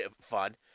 fun